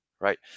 right